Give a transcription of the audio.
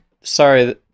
Sorry